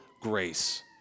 grace